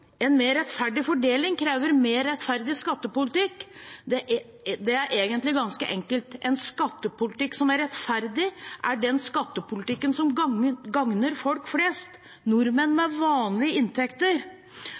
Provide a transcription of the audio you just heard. En mer rettferdig fordeling krever en mer rettferdig skattepolitikk. Det er egentlig ganske enkelt. En rettferdig skattepolitikk er den skattepolitikken som gagner folk flest: nordmenn